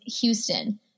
Houston